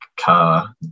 car